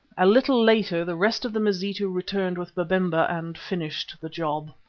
a little later the rest of the mazitu returned with babemba and finished the job.